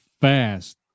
fast